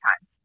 time